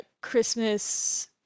Christmas